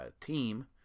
team